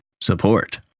support